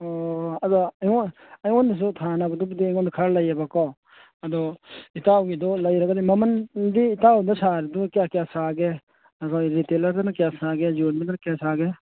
ꯑꯣ ꯑꯗꯣ ꯑꯩꯉꯣꯟꯗꯁꯨ ꯊꯥꯅꯕꯗꯨꯕꯨꯗꯤ ꯑꯩꯉꯣꯟꯗ ꯈꯔ ꯂꯩꯌꯦꯕꯀꯣ ꯑꯗꯣ ꯏꯇꯥꯎꯒꯤꯗꯨ ꯂꯩꯔꯒꯗꯤ ꯃꯃꯜꯗꯤ ꯏꯇꯥꯎꯗ ꯁꯥꯔꯤꯗꯨ ꯀꯌꯥ ꯀꯌꯥ ꯁꯥꯒꯦ ꯑꯩꯈꯣꯏ ꯔꯤꯇꯦꯜꯂꯔꯗꯅ ꯀꯌꯥ ꯁꯥꯒꯦ ꯌꯣꯟꯕꯗꯅ ꯀꯌꯥ ꯁꯥꯒꯦ